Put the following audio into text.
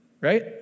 right